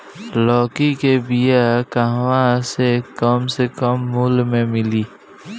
लौकी के बिया कहवा से कम से कम मूल्य मे मिली?